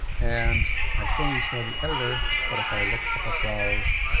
and i still need to know the editor, but if i look up above